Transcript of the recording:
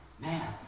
man